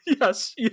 Yes